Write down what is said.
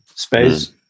Space